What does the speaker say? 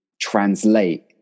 translate